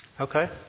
Okay